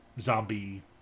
zombie